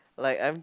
like I'm